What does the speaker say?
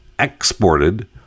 exported